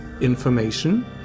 information